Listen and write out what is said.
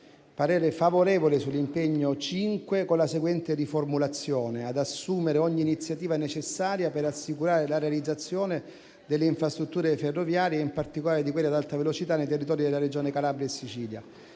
parere è favorevole sul punto 5 del dispositivo con la seguente riformulazione: «ad assumere ogni iniziativa necessaria per assicurare la realizzazione delle infrastrutture ferroviarie e in particolare di quelle ad alta velocità nei territori delle Regioni Calabria e Sicilia».